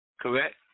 Correct